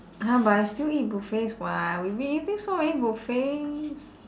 !huh! but I still eat buffets [what] we've been eating so many buffets